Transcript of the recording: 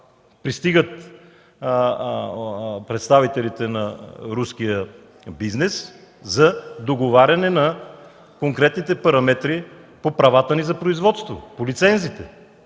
пристигат представителите на руския бизнес за договаряне на конкретните параметри по правата ни за производство, по лицензите.